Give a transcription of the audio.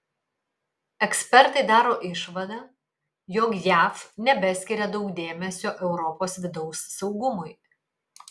ekspertai daro išvadą jog jav nebeskiria daug dėmesio europos vidaus saugumui